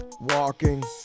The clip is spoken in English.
walking